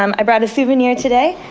um i brought a souvenir today.